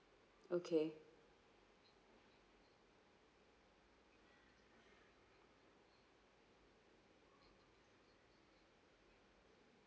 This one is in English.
okay